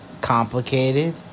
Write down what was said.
complicated